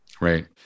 Right